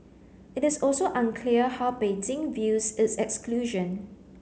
it is also unclear how Beijing views its exclusion